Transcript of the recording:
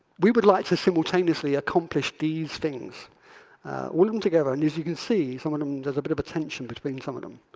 we would like to simultaneously accomplish these things all of them together. and as you can see some of them there's a bit of a tension between some of them.